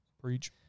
Preach